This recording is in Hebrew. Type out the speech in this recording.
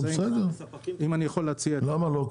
נו, בסדר, למה לא?